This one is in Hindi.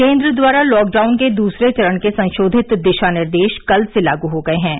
केंद्र द्वारा लॉकडाउन के दूसरे चरण के संशोधित दिशा निर्देश कल से लागू हो गये होगी